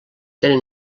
tenen